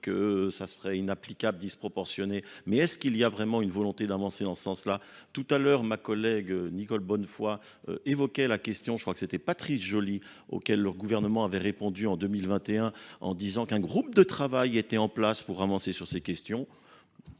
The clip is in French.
que ça serait inapplicable, disproportionné, mais est-ce qu'il y a vraiment une volonté d'avancer dans ce sens-là ? Tout à l'heure, ma collègue Nicole Bonnefoy évoquait la question, je crois que c'était Patrice Jolie, auquel le gouvernement avait répondu en 2021 en disant qu'un groupe de travail était en place pour avancer sur ces questions.